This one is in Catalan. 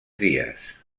dies